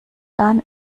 dann